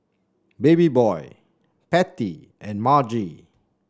Babyboy Patty and Margy